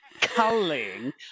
culling